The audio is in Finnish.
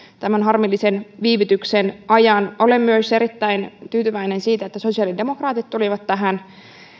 tämän harmillisen viivytyksen ajan olen myös erittäin tyytyväinen siitä että sosiaalidemokraatit tulivat tähän